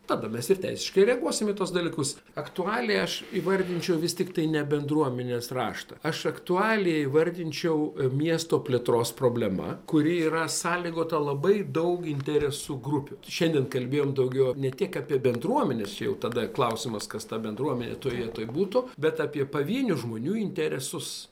tada mes ir teisiškai reaguosim į tuos dalykus aktualiai aš įvardinčiau vis tiktai ne bendruomenės raštą aš aktualiai įvardinčiau miesto plėtros problema kuri yra sąlygota labai daug interesų grupių šiandien kalbėjom daugiau ne tik apie bendruomenes čia jau tada klausimas kas ta bendruomenė toj vietoj būtų bet apie pavienių žmonių interesus